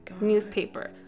newspaper